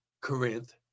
Corinth